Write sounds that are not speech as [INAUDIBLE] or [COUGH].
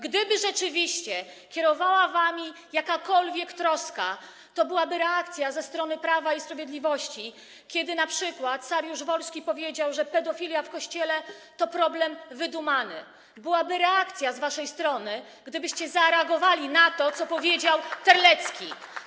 Gdyby rzeczywiście kierowała wami jakakolwiek troska, to byłaby reakcja ze strony Prawa i Sprawiedliwości, kiedy np. Saryusz-Wolski powiedział, że pedofilia w Kościele to problem wydumany, [APPLAUSE] byłaby reakcja z waszej strony na to, co powiedział Terlecki.